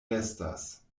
restas